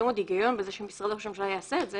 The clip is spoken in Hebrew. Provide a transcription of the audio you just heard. מאוד הגיון בזה שמשרד ראש הממשלה יעשה את זה